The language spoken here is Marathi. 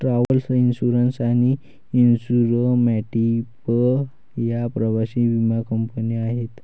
ट्रॅव्हल इन्श्युरन्स आणि इन्सुर मॅट्रीप या प्रवासी विमा कंपन्या आहेत